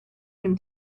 him